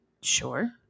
Sure